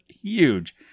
huge